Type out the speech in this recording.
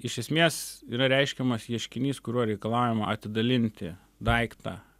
iš esmės yra reiškiamas ieškinys kuriuo reikalaujama atidalinti daiktą